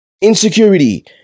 insecurity